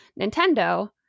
Nintendo